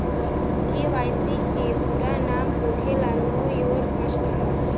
KYC के पूरा नाम होखेला नो योर कस्टमर